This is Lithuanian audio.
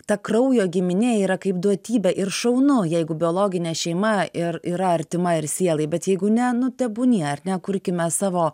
ta kraujo giminė yra kaip duotybė ir šaunu jeigu biologinė šeima ir yra artima ir sielai bet jeigu ne nu tebūnie ar ne kurkime savo